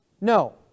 No